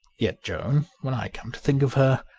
yet joan, when i come to think of her,